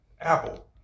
Apple